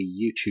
YouTube